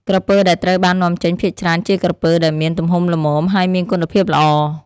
ក្រពើដែលត្រូវបាននាំចេញភាគច្រើនជាក្រពើដែលមានទំហំល្មម ហើយមានគុណភាពល្អ។